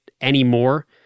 anymore